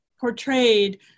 portrayed